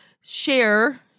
share